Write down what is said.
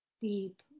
deep